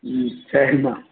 ம் சரிம்மா